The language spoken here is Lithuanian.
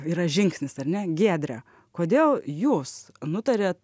yra žingsnis ar ne giedre kodėl jūs nutarėt